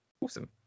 Awesome